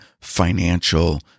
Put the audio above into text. Financial